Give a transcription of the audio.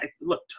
look